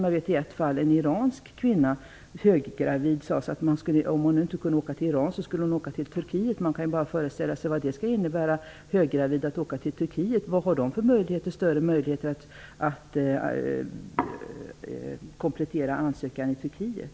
Jag känner till en iransk kvinna, höggravid, som fick beskedet att om hon inte kunde åka till Iran skulle hon åka till Turkiet. Man kan bara föreställa sig vad det skulle innebära, att höggravid åka till Turkiet. Vilka större möjligheter finns det att komplettera ansökan i Turkiet?